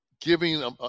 giving